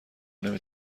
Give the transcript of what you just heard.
نمی